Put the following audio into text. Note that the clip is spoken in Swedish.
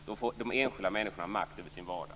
Då får de enskilda människorna makt över sin vardag.